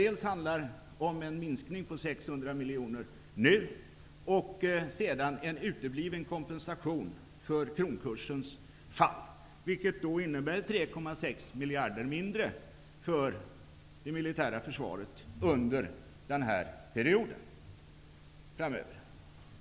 Det handlar dels om en minskning på 600 miljoner nu, dels om en utebliven kompensation för kronkursens fall, vilket innebär 4,6 miljarder mindre för det militära försvaret under den här perioden.